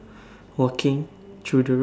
walking through the road